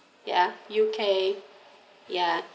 ya U_K ya